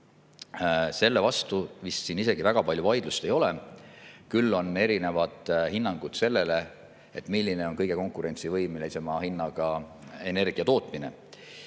Selle vastu siin vist väga palju vaidlust ei ole, küll on erinevad hinnangud, milline on kõige konkurentsivõimelisema hinnaga energiatootmine.